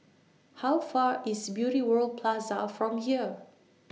How Far IS Beauty World Plaza from here